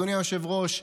אדוני היושב-ראש,